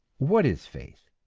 what is faith?